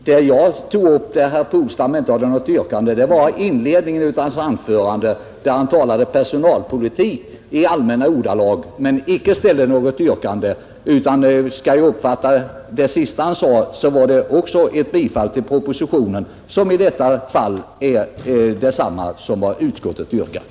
Herr talman! Vad jag syftade på när jag sade att herr Polstam inte hade något yrkande var inledningen av hans anförande, där han talade om personalpolitik i allmänna ordalag men icke ställde något yrkande. Såvitt jag uppfattade det senaste han sade, yrkade han också där bifall till propositionen, vilket i detta fall betyder detsamma som vad utskottet yrkar.